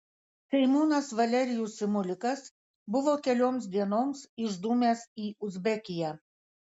seimūnas valerijus simulikas buvo kelioms dienoms išdūmęs į uzbekiją